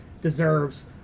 deserves